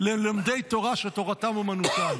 ללומדי תורה שתורתם אומנותם".